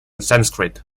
sanskrit